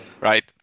right